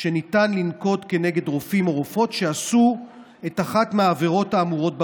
שניתן לנקוט כנגד רופאים או רופאות שעשו אחת מהעבירות האמורות בפקודה.